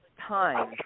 time